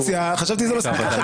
חשבתי שזה מספיק לכם.